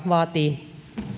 vaatii